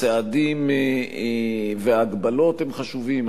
הצעדים וההגבלות הם חשובים,